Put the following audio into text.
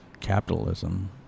capitalism